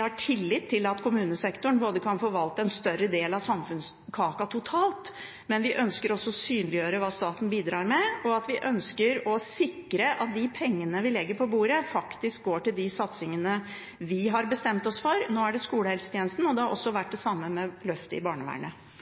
har tillit til at kommunesektoren kan forvalte en større del av samfunnskaka totalt, men vi ønsker også å synliggjøre hva staten bidrar med, og vi ønsker å sikre at de pengene vi legger på bordet, faktisk går til de satsingene vi har bestemt oss for – nå er det skolehelsetjenesten, og det har vært det samme med løftet i barnevernet.